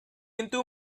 into